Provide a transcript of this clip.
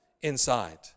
inside